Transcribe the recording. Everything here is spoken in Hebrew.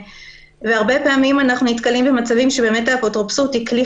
והרבה פעמים אנחנו נתקלים במצבים שהאפוטרופסות היא כלי